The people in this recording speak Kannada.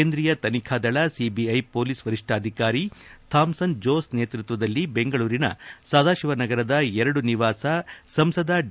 ಕೇಂದ್ರೀಯ ತನಿಖಾ ದಳ ಸಿಬಿಐ ಪೊಲೀಸ್ ವರಿಷ್ಠಾಧಿಕಾರಿ ಥಾಮನ್ ಜೋಸ್ ನೇತೃತ್ವದಲ್ಲಿ ಬೆಂಗಳೂರಿನ ಸದಾಶಿವ ನಗರದ ಎರಡು ನಿವಾಸ ಸಂಸದ ಡಿ